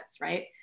right